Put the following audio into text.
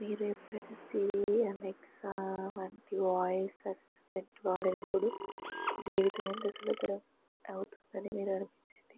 మీరు ఎప్పుడైనా Siri Alexa వంటి వాయిస్ అసిస్టెంట్ వాడినప్పుడు జీవితం ఇంత సులభతరం అవుతుందని మీకు అనిపించిందా